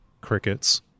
Crickets